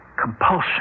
compulsion